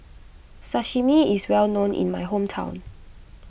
Sashimi is well known in my hometown